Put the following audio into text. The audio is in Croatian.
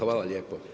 Hvala lijepo.